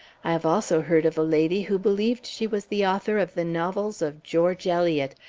i have also heard of a lady who believed she was the author of the novels of george eliot,